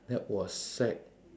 that was sec